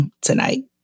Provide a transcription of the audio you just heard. tonight